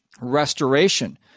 restoration